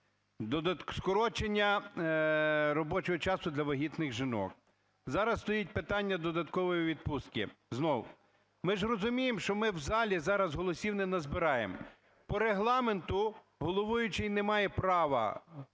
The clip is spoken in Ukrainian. воюють; скорочення робочого часу для вагітних жінок, зараз стоїть питання додаткової відпустки знову. Ми ж розуміємо, що ми в залі зараз голосів не назбираємо. По Регламенту головуючий не має права,